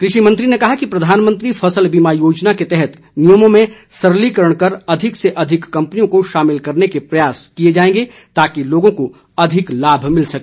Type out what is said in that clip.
कृषि मंत्री ने कहा कि प्रधानमंत्री फसल बीमा योजना के तहत नियमों में सरलीकरण कर अधिक से अधिक कंपनियों को शामिल करने के प्रयाए किए जाएंगे ताकि लोगों को ज्यादा लाभ मिल सके